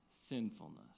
sinfulness